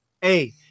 hey